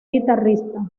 guitarrista